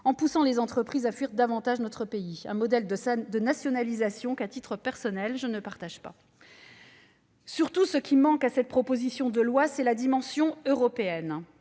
en poussant les entreprises à fuir davantage notre pays. C'est un modèle de nationalisation que, à titre personnel, je ne partage pas. Surtout, ce qui manque à cette proposition de loi, c'est la dimension européenne,